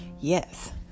Yes